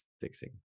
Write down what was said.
fixing